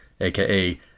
aka